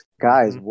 Guys